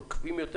נוקבים יותר